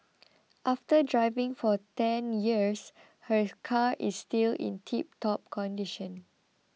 after driving for ten years her car is still in tiptop condition